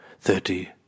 Thirty